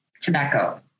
tobacco